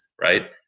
right